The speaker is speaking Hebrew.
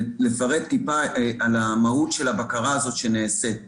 אני רוצה לפרט טיפה על המהות של הבקרה הזאת שנעשית.